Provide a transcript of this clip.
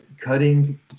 cutting